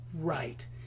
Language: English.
right